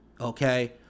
Okay